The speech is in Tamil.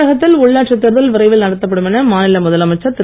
தமிழகத்தில் உள்ளாட்சித் தேர்தல் விரைவில் நடத்தப்படும் என மாநில முதலமைச்சர் திரு